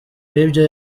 w’ibyo